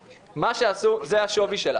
מיליון שקל, זה השווי שלה.